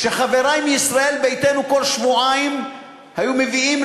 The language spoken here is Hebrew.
כשחברי מישראל ביתנו כל שבועיים היו מביאים,